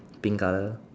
pink colour